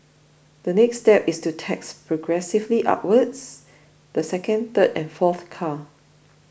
a next step is to tax progressively upwards the second third and fourth car